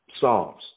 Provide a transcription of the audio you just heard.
Psalms